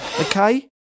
okay